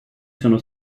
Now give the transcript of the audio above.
sono